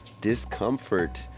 discomfort